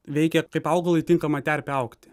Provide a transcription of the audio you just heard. veikia kaip augalui tinkama terpė augti